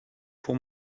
pour